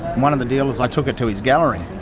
one of the dealers i took it to his gallery.